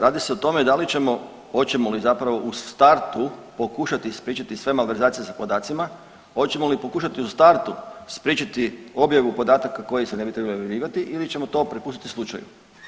Radi se o tome da li ćemo, hoćemo li zapravo u startu pokušati spriječiti sve malverzacije sa podacima, hoćemo li pokušati u startu spriječiti objavu podataka koji se ne bi trebali objavljivati ili ćemo to prepustiti slučaju.